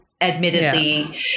admittedly